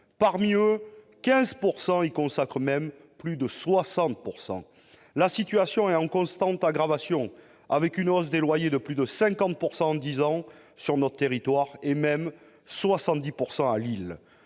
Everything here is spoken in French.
parmi eux, 15 % y consacrent même plus de 60 %! La situation est en constante aggravation, avec une hausse des loyers de plus de 50 % en dix ans sur le territoire français, voire